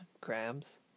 grams